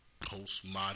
postmodern